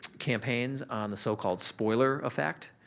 campaigns, on the so-called spoiler effect,